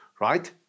right